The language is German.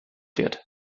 wird